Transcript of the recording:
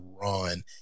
run